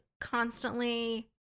constantly